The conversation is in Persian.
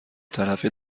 طرفه